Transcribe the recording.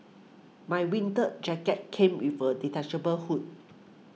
my winter jacket came with a detachable hood